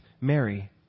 Mary